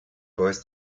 boys